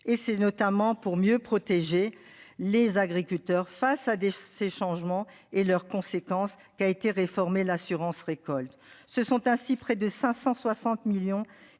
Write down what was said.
et c'est notamment pour mieux protéger les agriculteurs face à des ces changements et leurs conséquences, qui a été réformé l'assurance récolte, ce sont ainsi près de 560 millions